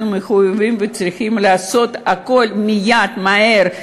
אנחנו מחויבים וצריכים לעשות הכול מייד, מהר,